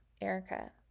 Erica